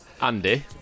Andy